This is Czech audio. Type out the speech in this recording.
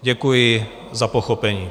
Děkuji za pochopení.